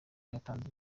yatanze